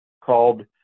called